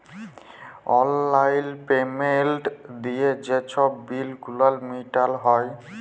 অললাইল পেমেল্ট দিঁয়ে যে ছব বিল গুলান মিটাল হ্যয়